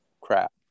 crap